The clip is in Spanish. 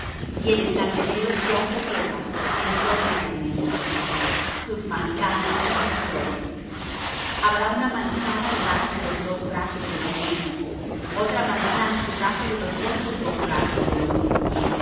y en el candelero cuatro copas en forma de almendras sus manzanas y sus flores habrá una manzana debajo de los dos brazos de lo mismo otra manzana debajo de los otros dos brazos de lo mismo